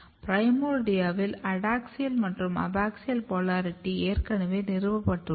பிரைமோர்டியாவில் அடாக்ஸியல் மற்றும் abaxial polarity ஏற்கனவே நிறுவப்பட்டுள்ளது